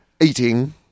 eating